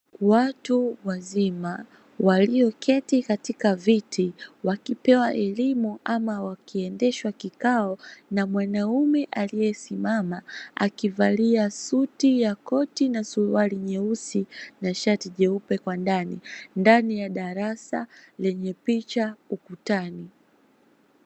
Watu wazima walioketi katika viti wakipewa elimu ama wakiendeshwa kikao na mwanaume aliyesimama akivalia suti ya koti na suruali nyeusi na shati jeupe kwa ndani, ndani ya darasa lenye picha ukutani